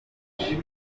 gace